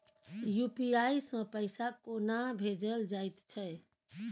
UPI सँ पैसा कोना भेजल जाइत छै?